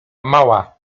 mała